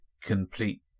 complete